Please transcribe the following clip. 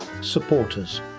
supporters